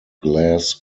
glass